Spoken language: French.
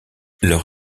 leur